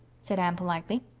said anne politely.